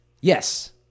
yes